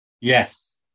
Yes